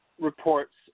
reports